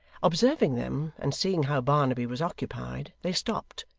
observing them, and seeing how barnaby was occupied, they stopped,